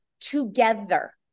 together